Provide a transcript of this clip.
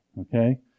Okay